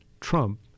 Trump